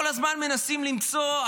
כל הזמן מנסים למצוא,